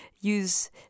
use